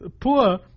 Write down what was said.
poor